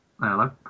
hello